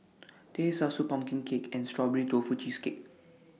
Teh Susu Pumpkin Cake and Strawberry Tofu Cheesecake